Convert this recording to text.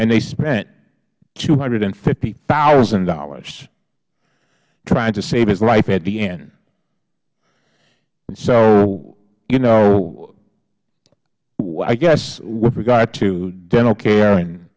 and they spent two hundred and fifty thousand dollars trying to save his life at the end so i guess with regard to dental care and